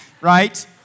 Right